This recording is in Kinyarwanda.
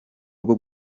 rwo